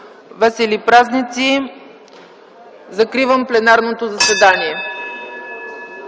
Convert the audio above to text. Весели празници! Закривам пленарното заседание.